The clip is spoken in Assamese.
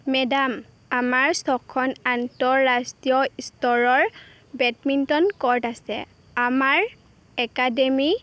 মেডাম আমাৰ ছখন আন্তঃৰাষ্ট্ৰীয় স্তৰৰ বেডমিণ্টন ক'ৰ্ট আছে আমাৰ একাডেমিৰ